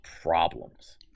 problems